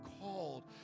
called